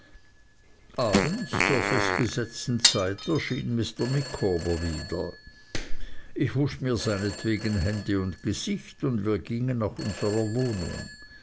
abends zur festgesetzten zeit erschien mr micawber wieder ich wusch mir seinetwegen hände und gesicht und wir gingen nach unsrer wohnung